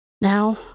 Now